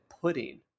Pudding